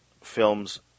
films